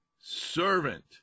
servant